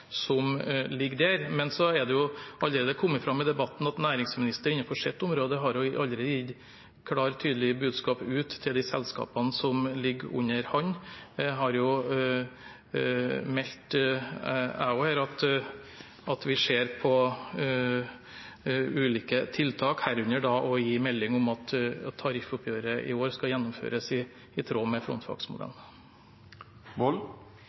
som ligger der. Men så er det kommet fram i debatten at næringsministeren innenfor sitt område allerede har gitt et klart og tydelig budskap til de selskapene som ligger under han. Jeg har også meldt at vi ser på ulike tiltak, herunder å gi melding om at tariffoppgjøret i vår skal gjennomføres i tråd med frontfagsmodellen.